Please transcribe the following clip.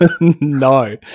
No